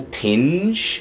tinge